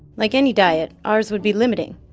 like any diet, ours would be limiting.